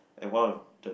and one of the